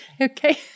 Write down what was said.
okay